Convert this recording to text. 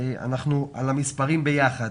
אנחנו על המספרים ביחד.